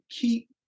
keep